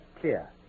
clear